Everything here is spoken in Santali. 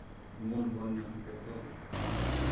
ᱩᱢᱩᱞ ᱵᱚᱱ ᱧᱟᱢᱟ ᱡᱚᱛᱚ ᱜᱮ